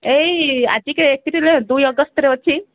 ଏଇ ଆଜିକି ଏ ଦୁଇ ଅଗଷ୍ଟରେ ଅଛି